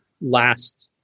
last